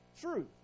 true